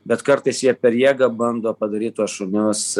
bet kartais jie per jėgą bando padaryt tuos šunius